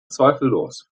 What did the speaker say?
zweifellos